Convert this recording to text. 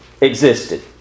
existed